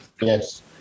Yes